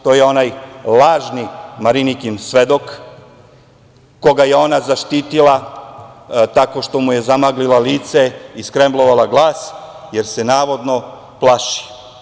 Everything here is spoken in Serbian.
To je onaj lažni Marinikin svedok koga je ona zaštitila tako što mu je zamaglila lice i skremblovala glas, jer se navodno plaši.